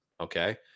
Okay